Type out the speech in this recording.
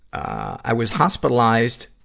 i was hospitalized